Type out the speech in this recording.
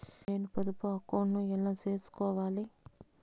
నేను పొదుపు అకౌంటు ను ఎలా సేసుకోవాలి?